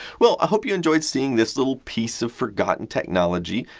well, i hope you enjoyed seeing this little piece of forgotten technology,